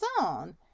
on